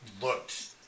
looked